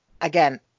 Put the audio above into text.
again